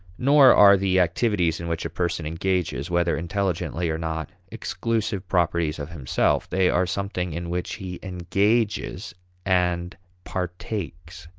nor are the activities in which a person engages, whether intelligently or not, exclusive properties of himself they are something in which he engages and partakes.